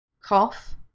cough